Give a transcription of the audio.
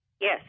Yes